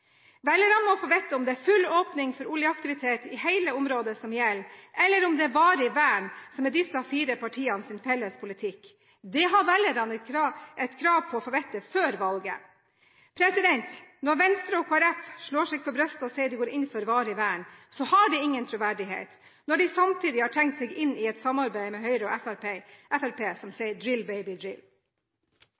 få vite om det er full åpning for oljeaktivitet i hele området som gjelder, eller om det er varig vern som er disse fire partienes felles politikk. Det har velgerne krav på å få vite før valget. Når Venstre og Kristelig Folkeparti slår seg på brystet og sier at de går inn for varig vern, har det ingen troverdighet – når de samtidig har tenkt seg inn i et samarbeid med Høyre og Fremskrittspartiet, som sier «drill, baby drill».